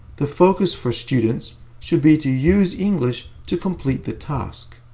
the focus for students should be to use english to complete the task.